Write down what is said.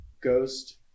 Ghost